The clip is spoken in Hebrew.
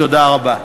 תודה רבה.